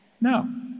Now